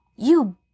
You